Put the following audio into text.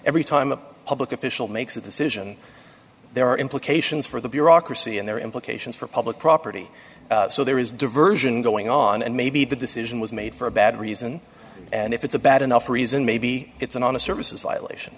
every time a public official makes a decision there are implications for the bureaucracy and their implications for public property so there is diversion going on and maybe the decision was made for a bad reason and if it's a bad enough reason maybe it's an honest services violation